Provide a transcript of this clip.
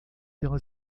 pela